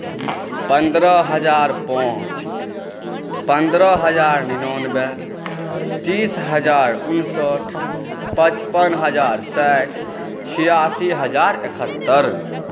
पन्द्रह हजर पाँच पन्द्रह हजार निनानबे तिस हजार उनसठ पचपन हजार साठि छियासी हजार एकहत्तरि